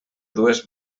dues